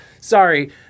Sorry